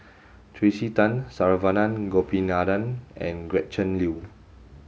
Tracey Tan Saravanan Gopinathan and Gretchen Liu